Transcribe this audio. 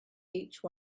each